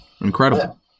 incredible